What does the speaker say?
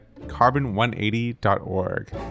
carbon180.org